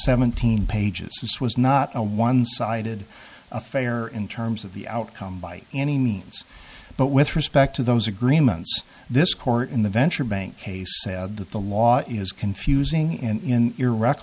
seventeen pages this was not a one sided affair in terms of the outcome by any means but with respect to those agreements this court in the venture bank case said that the law is confusing in i